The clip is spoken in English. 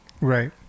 right